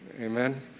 amen